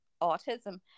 autism